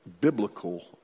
biblical